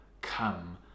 come